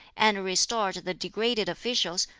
and restored the degraded officials,